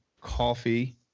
coffee